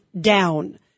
down